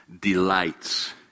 delights